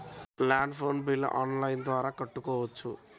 Land phone bill online ద్వారా కట్టుకోవచ్చు?